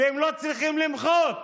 והם לא צריכים למחות